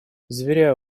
заверяю